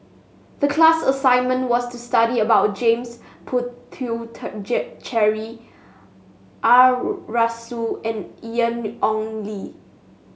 the class assignment was to study about James Puthucheary Arasu and Ian Ong Li